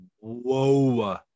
Whoa